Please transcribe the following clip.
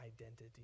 identity